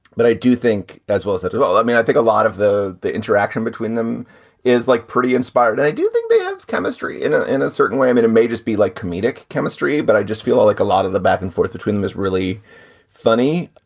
but i do think as well as i do well, i mean, i think a lot of the the interaction between them is like pretty inspired. i do think they have chemistry in ah in a certain way. i mean, it may just be like comedic chemistry, but i just feel like a lot of the back and forth between them is really funny.